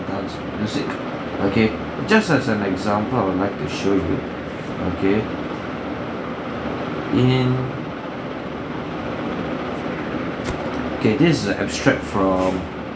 dance music okay just like an example like the okay in okay this is a abtract from